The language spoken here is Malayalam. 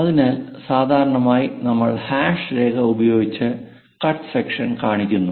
അതിനാൽ സാധാരണയായി നമ്മൾ ഹാഷ് രേഖ ഉപയോഗിച്ച് കട്ട് സെക്ഷൻ കാണിക്കുന്നു